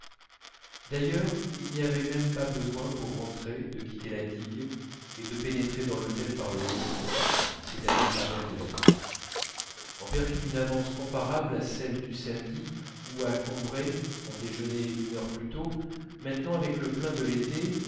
d'ailleurs il n'y avait même pas besoin pour rentrer de quitter la digue et de pénétrer dans l'hôtel par le hall c'est-à-dire par derrière en vertu d'une avance comparable à celle du samedi où à combray on déjeunait une heure plus tôt maintenant avec le plein de l'été